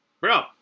Bro